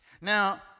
Now